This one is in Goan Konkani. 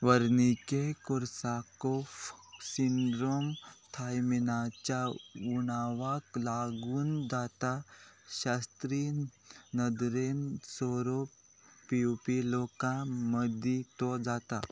वर्निके कोर्साकोफ सिंड्रोम थायमिनाच्या उणावाक लागून जाता शास्त्रीन नदरेन सोरोप पिवपी लोकां मदीं तो जाता